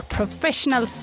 professional